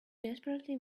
desperately